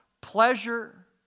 pleasure